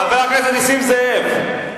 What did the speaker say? נגד כל העולם.